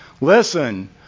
listen